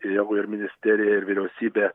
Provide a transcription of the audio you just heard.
jeigu ir ministerija ir vyriausybė